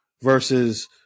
versus